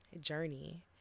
journey